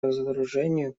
разоружению